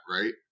right